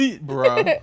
Bro